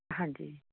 ਹਾਂਜੀ